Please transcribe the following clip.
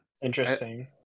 Interesting